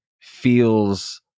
feels